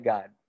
God